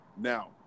Now